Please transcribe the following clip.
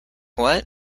what